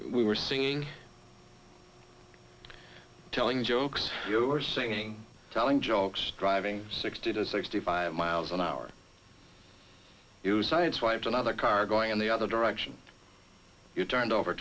we were singing telling jokes or singing telling jokes driving sixty to sixty five miles an hour you sideswiped another car going in the other direction you turned over